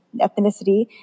ethnicity